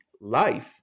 life